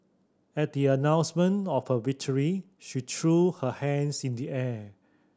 at the announcement of her victory she threw her hands in the air